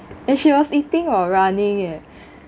and she was eating or running eh